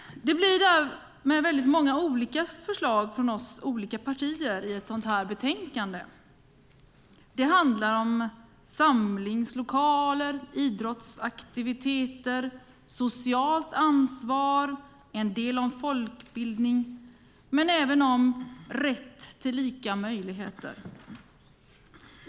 Det blir därmed väldigt många olika förslag från oss olika partier i ett sådant här betänkande. Det handlar om samlingslokaler, idrottsaktiviteter och socialt ansvar, det handlar en del om folkbildning och det handlar även om rätt till lika möjligheter.